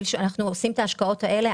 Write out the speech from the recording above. אנחנו עושים את ההשקעות האלו.